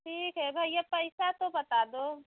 ठीक है भैया पैसा तो बता दो